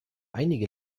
einige